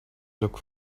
look